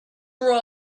rule